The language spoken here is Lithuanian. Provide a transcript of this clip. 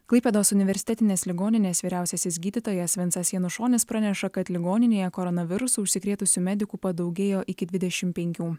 klaipėdos universitetinės ligoninės vyriausiasis gydytojas vincas janušonis praneša kad ligoninėje koronavirusu užsikrėtusių medikų padaugėjo iki dvidešimt penkių